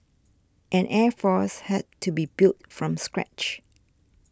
an air force had to be built from scratch